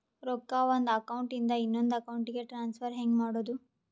ರೊಕ್ಕ ಒಂದು ಅಕೌಂಟ್ ಇಂದ ಇನ್ನೊಂದು ಅಕೌಂಟಿಗೆ ಟ್ರಾನ್ಸ್ಫರ್ ಹೆಂಗ್ ಮಾಡೋದು?